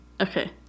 Okay